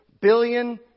billion